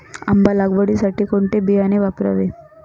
आंबा लागवडीसाठी कोणते बियाणे वापरावे?